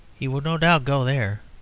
he would, no doubt, go there.